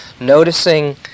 Noticing